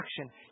action